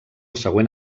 següent